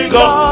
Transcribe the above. God